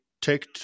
take